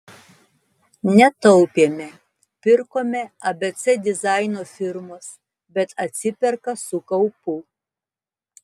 netaupėme pirkome abc dizaino firmos bet atsiperka su kaupu